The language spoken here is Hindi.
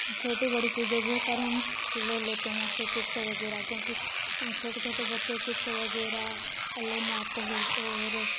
छोटी बड़ी चीजें बहुत सारे हम ले लेते हैं वहाँ से चिप्स वगैरह क्योंकि छोटे छोटे बच्चे चिप्स वगैरह लेने आते हैं और